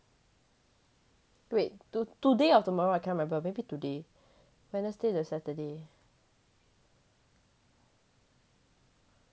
wait to~ today or tomorrow I can't remember maybe today wednesday to saturday